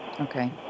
okay